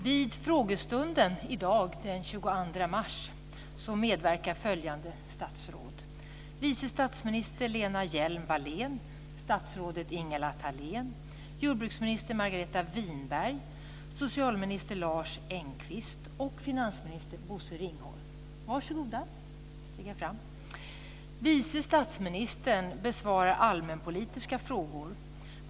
Vid frågestunden i dag, den 22 mars, medverkar följande statsråd: vice statsminister Lena Hjelm Margareta Winberg, socialminister Lars Engqvist och finansminister Bosse Ringholm. Varsågoda och stig fram! Vice statsministern besvarar allmänpolitiska frågor.